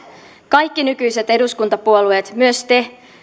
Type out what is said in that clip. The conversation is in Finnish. kaikki nykyiset eduskuntapuolueet myös te